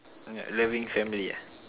okay loving family ah